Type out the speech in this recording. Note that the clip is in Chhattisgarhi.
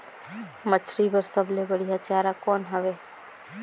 मछरी बर सबले बढ़िया चारा कौन हवय?